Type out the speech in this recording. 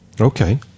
Okay